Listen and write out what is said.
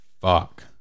fuck